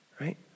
Right